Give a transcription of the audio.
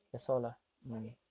understand okay